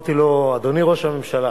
ואמרתי לו: אדוני ראש הממשלה,